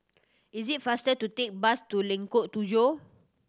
it is faster to take bus to Lengkok Tujoh